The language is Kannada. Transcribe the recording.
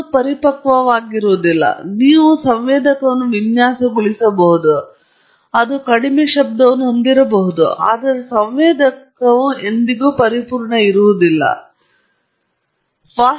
ನೀವು ಬಹಳ ಕಡಿಮೆ ಸಂವೇದಕವನ್ನು ವಿನ್ಯಾಸಗೊಳಿಸಬಹುದು ಅದು ಕಡಿಮೆ ಶಬ್ದವನ್ನು ಹೊಂದಿರಬಹುದು ಆದರೆ ಸಂವೇದಕವು ಪರಿಪೂರ್ಣವಾಗುವುದಿಲ್ಲ ಮತ್ತು ಸಂವೇದಕವು ನಿಜವಾಗಿಯೂ ಅರ್ಥವಾಗುವುದಿಲ್ಲ